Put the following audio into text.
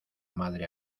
madre